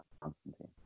Constantine